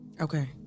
Okay